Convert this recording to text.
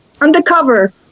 Undercover